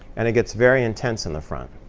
and it gets very intense in the front.